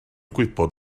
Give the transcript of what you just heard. gwybod